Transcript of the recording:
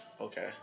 Okay